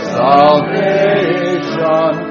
salvation